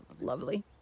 lovely